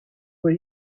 were